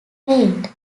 eight